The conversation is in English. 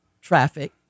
traffic